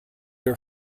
are